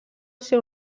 seu